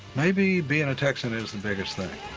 maybe being a texan is the biggest thing.